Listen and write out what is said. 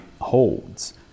holds